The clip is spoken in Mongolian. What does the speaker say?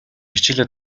хичээлээ